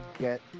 get